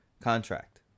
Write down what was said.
contract